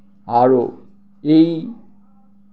আৰু এই